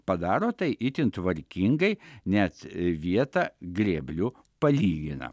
padaro tai itin tvarkingai net vietą grėbliu palygina